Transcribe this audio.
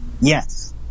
yes